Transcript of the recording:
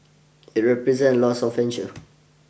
it represent a loss of revenue